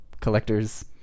collectors